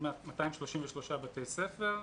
מ-233 בתי ספר.